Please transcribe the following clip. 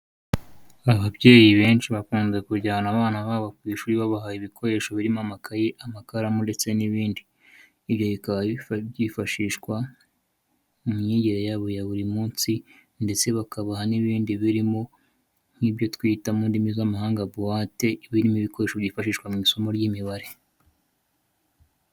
Ababyeyi benshi bakunze kujyana abana babo ku ishuri babahaye ibikoresho birimo amakaye, amakaramu ndetse n'ibindi, ibyo bikaba byifashishwa mu myigire yabo ya buri munsi ndetse bakabaha n'ibindi birimo nk'ibyo twita mu ndimi z'amahanga buwate, iba irimo ibikoresho byifashishwa mu isomo ry'imibare.